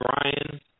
Brian